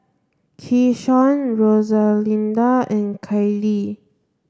Keyshawn Rosalinda and Kailee